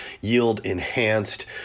yield-enhanced